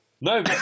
No